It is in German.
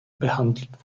behandelt